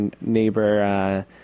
neighbor